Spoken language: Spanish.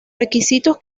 requisitos